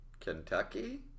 Kentucky